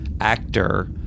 actor